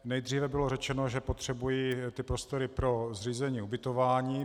Nejdříve bylo řečeno, že potřebují prostory pro zřízení ubytování.